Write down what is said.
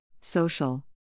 social